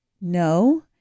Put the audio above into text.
no